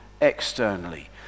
externally